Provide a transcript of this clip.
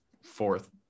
fourth